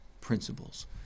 principles